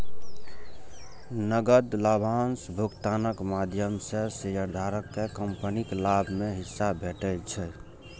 नकद लाभांश भुगतानक माध्यम सं शेयरधारक कें कंपनीक लाभ मे हिस्सा भेटै छै